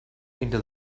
into